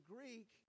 Greek